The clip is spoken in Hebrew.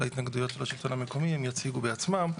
להתנגדויות של השלטון המקומי, הם יציגו בעצמם.